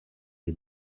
est